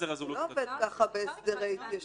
רזולוציות -- זה לא עובד ככה בהסדרי התיישנות.